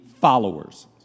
followers